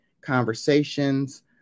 conversations